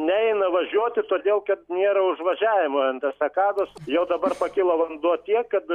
neina važiuoti todėl kad nėra užvažiavimo ant estakados jau dabar pakilo vanduo tiek kad